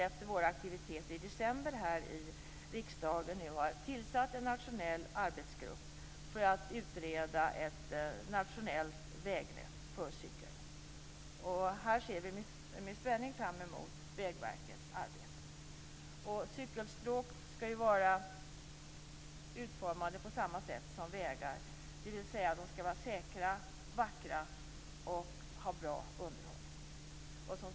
Efter vår aktivitet i riksdagen i december har Vägverket tillsatt en nationell arbetsgrupp för att utreda ett nationellt vägnät för cykel. Vi ser med spänning fram emot Vägverkets arbete. Cykelstråk skall ju vara utformade på samma sätt som vägar, dvs. de skall vara säkra och vackra och ha bra underhåll.